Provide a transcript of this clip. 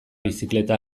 bizikleta